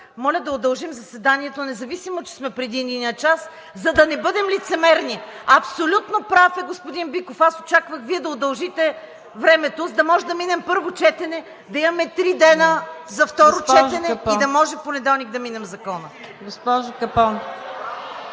Моля да удължим заседанието, независимо че сме преди единия час, за да не бъдем лицемерни. (Шум и реплики.) Абсолютно прав е господин Биков. Аз очаквах Вие да удължите времето, за да можем да минем на първо четене, да имаме три дни за второ четене и да можем в понеделник да минем Закона.